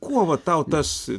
kuo va tau tas